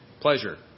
Pleasure